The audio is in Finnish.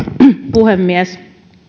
puhemies